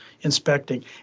inspecting